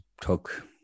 took